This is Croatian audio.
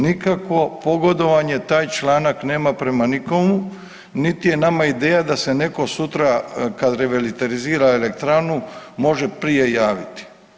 Nikakvo pogodovanje taj članak nema prema nikomu niti je nama ideja da se neko sutra kad revitalizira elektranu može prije javiti.